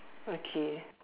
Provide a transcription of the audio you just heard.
okay